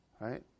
right